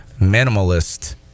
minimalist